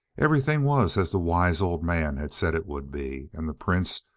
everything was as the wise old man had said it would be, and the prince,